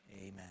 amen